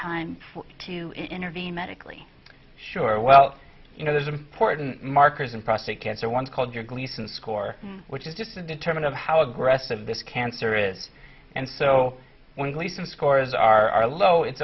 time to intervene medically sure well you know there's important markers in prostate cancer one called your gleason score which is just to determine how aggressive this cancer is and so when gleason scores are low it's